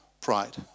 pride